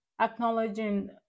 acknowledging